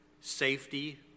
safety